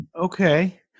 Okay